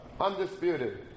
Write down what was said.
undisputed